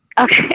Okay